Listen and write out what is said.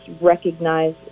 recognize